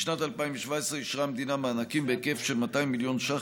בשנת 2017 אישרה המדינה מענקים בהיקף של 200 מיליון ש"ח